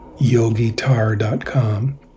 yogitar.com